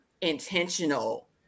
intentional